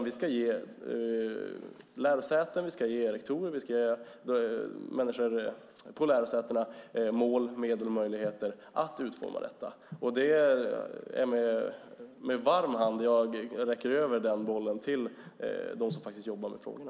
Vi ska ge lärosäten, vi ska ge rektorer och vi ska ge människor på lärosätens mål, medel och möjligheter att utforma detta. Det är med varm hand jag räcker över den bollen till dem som faktiskt jobbar med frågorna.